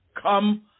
come